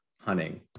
hunting